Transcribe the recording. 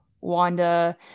Wanda